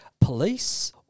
police